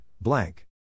blank